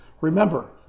Remember